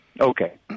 Okay